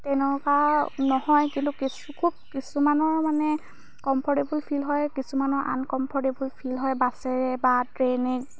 তেনেকুৱা নহয় কিন্তু খুব কিছুমানৰ মানে কমফৰ্টেবুল ফিল হয় কিছুমানৰ আনকমফৰ্টেবুল ফিল হয় বাছেৰে বা ট্ৰেনেৰে